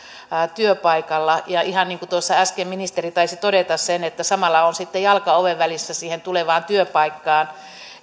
työpaikassa ja ihan niin kuin tuossa äsken ministeri taisi todeta samalla on sitten jalka oven välissä siihen tulevaan työpaikkaan